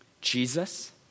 Jesus